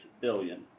billion